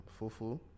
fufu